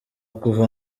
kuva